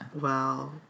Wow